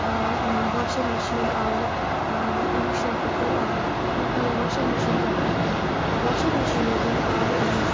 washer machine آے induction cooker آے گۄڈٕ کَرو واشِنٛگ مِشیٖن پٮ۪ٹھ کَتھ واشَر مِشیٖن یۄس زَن آے